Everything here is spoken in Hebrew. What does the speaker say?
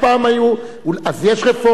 אז יש רפורמה.